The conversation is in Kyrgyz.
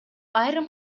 айрым